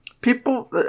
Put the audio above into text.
People